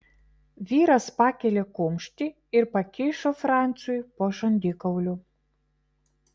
vyras pakėlė kumštį ir pakišo franciui po žandikauliu